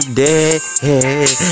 dead